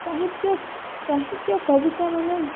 ସାହିତ୍ୟ ସାହିତ୍ୟ କବିତାମାନେ